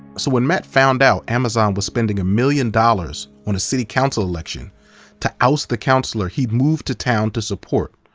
so when matt found out amazon was spending a million dollars on a city council election to oust the counselor he'd moved to town to support,